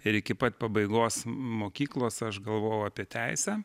ir iki pat pabaigos mokyklos aš galvojau apie teisę